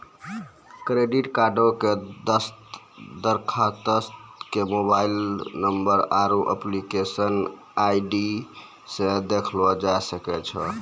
credit कार्डो के दरखास्त के मोबाइल नंबर आरु एप्लीकेशन आई.डी से देखलो जाय सकै छै